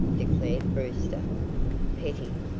declared brewster petty,